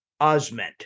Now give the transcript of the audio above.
Osment